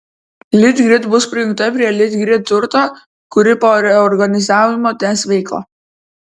litgrid bus prijungta prie litgrid turto kuri po reorganizavimo tęs veiklą